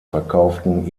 verkauften